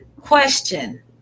Question